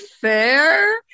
fair